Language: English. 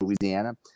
Louisiana